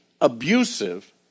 abusive